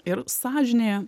ir sąžinėje